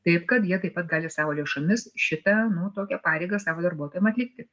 taip kad jie taip pat gali savo lėšomis šitą nu tokią pareigą savo darbuotojam atlikti